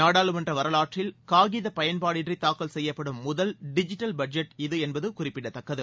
நாடாளுமன்ற வரலாற்றில் காகித பயன்பாடின்றி தாக்கல் செய்யப்படும் முதல் டிஜிட்டல் பட்ஜெட் இது என்பது குறிப்பிடத்தக்கது